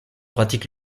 pratique